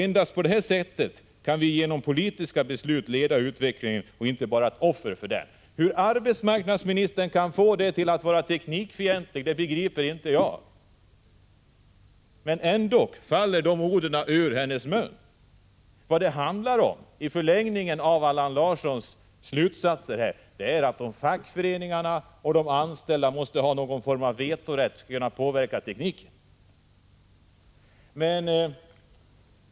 Endast på det sättet kan vi genom politiska beslut leda utvecklingen och inte bara vara offer för den.” Hur arbetsmarknadsministern kan få detta att vara teknikfientligt begriper jaginte, men ändock faller de orden ur hennes mun. I förlängningen av Allan Larssons slutsatser innebär detta att fackföreningar och de anställda måste ha någon form av vetorätt för att kunna påverka tekniken.